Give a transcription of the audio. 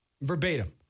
verbatim